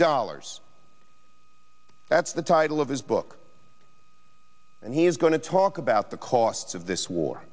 dollars that's the title of his book and he's going to talk about the cost of this war